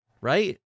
right